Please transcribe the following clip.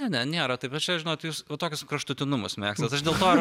ne nėra taip bet čia žinot jūs va tokius kraštutinumus mėgstat aš dėl to